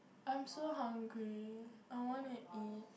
I'm so hungry I wanna eat